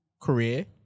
career